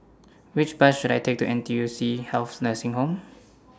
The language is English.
Which Bus should I Take to N T U C Health Nursing Home